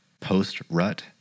post-rut